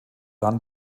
dann